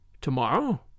Tomorrow